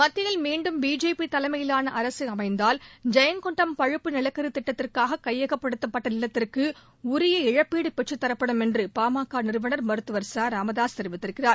மத்தியில் மீண்டும் பிஜேபி தலைமையிலான அரசு அமைந்தால் ஜெயங்கொண்டம் பழுப்பு நிலக்கரி திட்டத்திற்காக கையகப்படுத்தப்பட்ட நிலத்திற்கு உரிய இழப்பீடு பெற்றுத் தரப்படும் என்று பாமக நிறுவனர் மருத்துவர் ச ராமதாசு கூறியிருக்கிறார்